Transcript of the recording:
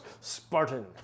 spartan